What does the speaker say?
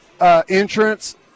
entrance